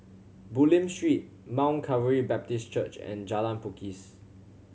Bulim Street Mount Calvary Baptist Church and Jalan Pakis